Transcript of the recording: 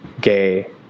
gay